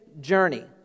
journey